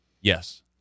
Yes